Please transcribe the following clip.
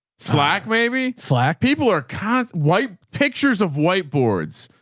slack, maybe slack people are con wipe pictures of whiteboards,